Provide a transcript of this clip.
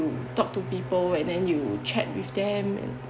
talk to people and then you chat with them